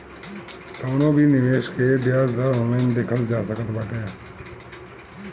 कवनो भी निवेश के बियाज दर ऑनलाइन देखल जा सकत बाटे